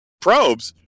probes